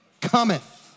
cometh